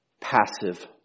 Passive